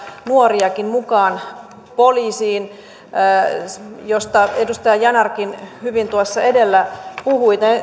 nuoria mukaan poliisiin mistä edustaja yanarkin hyvin tuossa edellä puhui